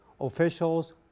Officials